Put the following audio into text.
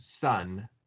son